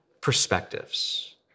perspectives